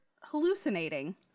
hallucinating